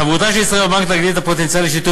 חברותה של ישראל בבנק תגדיל את הפוטנציאל לשיתוף